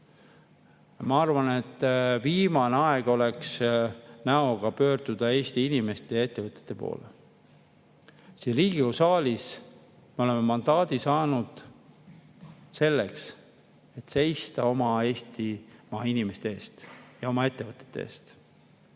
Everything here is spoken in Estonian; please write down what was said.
Ma arvan, et viimane aeg oleks näoga pöörduda Eesti inimeste ja ettevõtete poole. Siin Riigikogu saalis me oleme mandaadi saanud selleks, et seista oma Eestimaa inimeste eest ja oma ettevõtete eest.